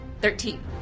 Thirteen